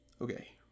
Okay